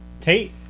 Tate